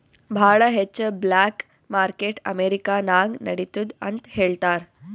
ಭಾಳ ಹೆಚ್ಚ black market America ನಾಗ್ ನಡಿತ್ತುದ್ ಅಂತ್ ಹೇಳ್ತಾರ್